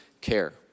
care